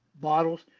bottles